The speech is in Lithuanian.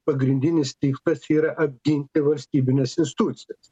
pagrindinis tikslas yra apginti valstybines institucijas